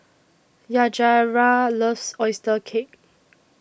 Yajaira loves Oyster Cake